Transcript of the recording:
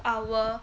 our